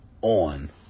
on